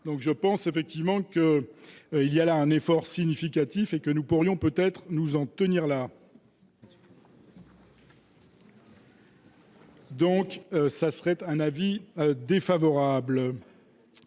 donc je pense effectivement que, il y a là un effort significatif et que nous pourrions peut-être nous en tenir là. Donc ça serait un avis défavorable.